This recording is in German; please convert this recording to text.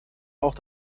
auch